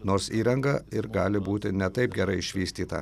nors įranga ir gali būti ne taip gerai išvystyta